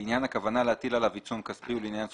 לעניין הכוונה להטיל עליו עיצום כספי ולעניין סכומו,